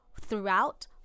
throughout